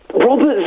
Robert